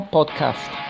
Podcast